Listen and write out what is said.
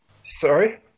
Sorry